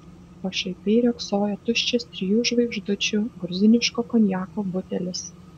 pašaipiai riogsojo tuščias trijų žvaigždučių gruziniško konjako butelis